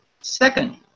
Second